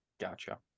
Gotcha